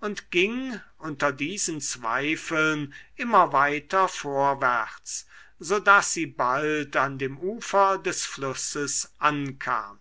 und ging unter diesen zweifeln immer weiter vorwärts so daß sie bald an dem ufer des flusses ankam